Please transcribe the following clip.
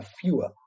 fewer